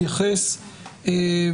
החוק לא תואם בכלל בנושא הזה.